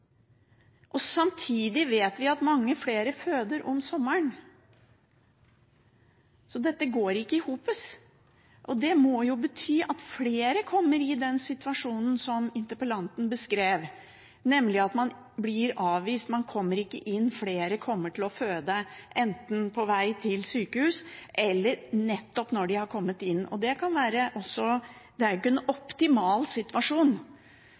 sykehuset. Samtidig vet vi at mange flere føder om sommeren, så dette går ikke i hop. Det må jo bety at flere kommer i den situasjonen som interpellanten beskrev, nemlig at man blir avvist, man kommer ikke inn, flere kommer til å føde, enten på vei til sykehus eller når de nettopp har kommet inn. Det er jo ikke en optimal situasjon